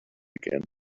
began